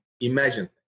imagine